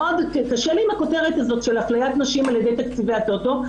קשה לי עם הכותרת הזאת של אפליית נשים על-ידי תקציבי הטוטו,